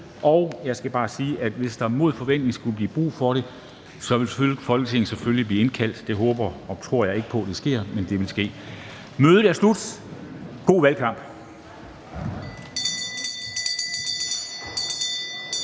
Jeg skal bare sige, at hvis der mod forventning skulle blive brug for det, vil Folketinget selvfølgelig blive indkaldt – jeg håber og tror ikke, at det vil være tilfældet, men i så fald vil det ske. Mødet er slut. God valgkamp.